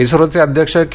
इस्रोचे अध्यक्ष के